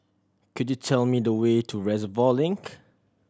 could you tell me the way to Reservoir Link